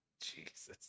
Jesus